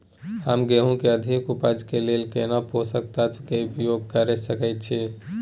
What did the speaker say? हम गेहूं के अधिक उपज के लेल केना पोषक तत्व के उपयोग करय सकेत छी?